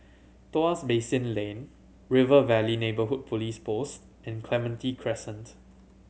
Tuas Basin Lane River Valley Neighbourhood Police Post and Clementi Crescent